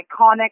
iconic